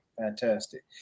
Fantastic